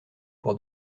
pour